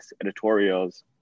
editorials